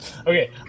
Okay